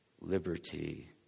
Liberty